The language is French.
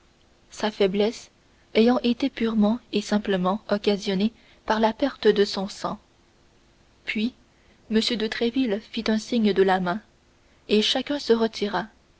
sa faiblesse ayant été purement et simplement occasionnée par la perte de son sang puis m de tréville fit un signe de la main et chacun se retira